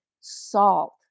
salt